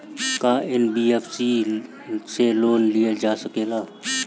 का एन.बी.एफ.सी से लोन लियल जा सकेला?